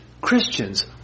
Christians